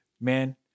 man